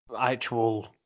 actual